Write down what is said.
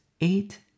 eight